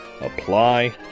Apply